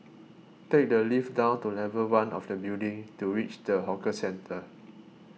take the lift down to level one of the building to reach the hawker centre